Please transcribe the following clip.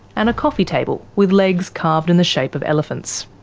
and a coffee table with legs carved in the shape of elephants.